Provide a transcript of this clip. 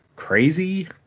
crazy